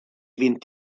vint